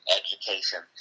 education